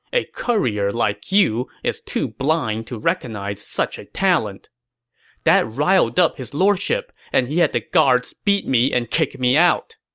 a courier like you is too blind to recognize such a talent that riled up his lordship, and he had the guards beat me and kick me out.